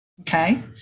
Okay